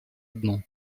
дну